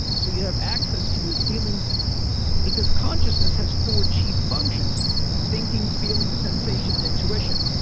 so you have access to your feelings because consciousness has four chief functions thinking, feeling, sensation, and intuition.